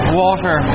water